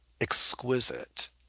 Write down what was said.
exquisite